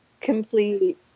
Complete